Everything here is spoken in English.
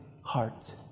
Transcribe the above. heart